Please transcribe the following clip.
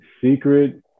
secret